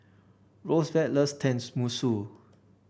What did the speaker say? Rosevelt loves